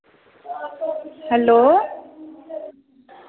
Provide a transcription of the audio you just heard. hello